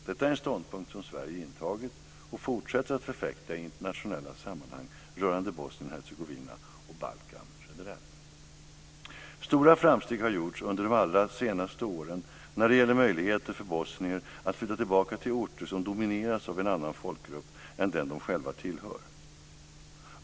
Detta är en ståndpunkt som Sverige intagit och fortsätter att förfäkta i internationella sammanhang rörande Bosnien Stora framsteg har gjorts under de allra senaste åren när det gäller möjligheter för bosnier att flytta tillbaka till orter som domineras av en annan folkgrupp än den de själva tillhör.